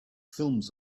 films